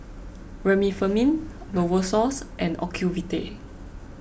Remifemin Novosource and Ocuvite